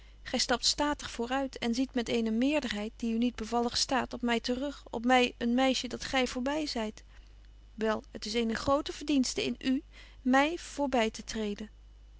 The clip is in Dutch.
gy stapt statig voor uit en ziet met eene meerderheid die u niet bevallig staat op my te rug op my een meisje dat gy voor by zyt wel het is eene groote verdienste in u my voor by te treden